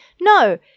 No